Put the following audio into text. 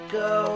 go